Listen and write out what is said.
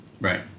right